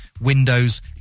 windows